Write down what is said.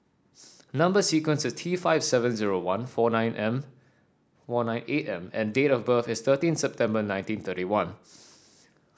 number sequence is T five seven zero one four nine M one nine eight M and date of birth is thirteen September nineteen thirty one